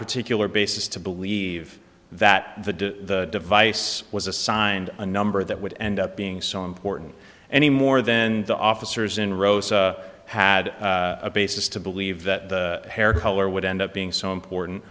particular basis to believe that the device was assigned a number that would end up being so important anymore then the officers in rows had a basis to believe that the hair color would end up being so important